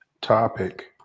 topic